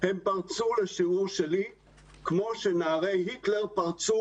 לשיעור שלי כמו שנערי היטלר פרצו